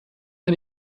ein